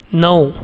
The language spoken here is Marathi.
नऊ